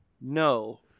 No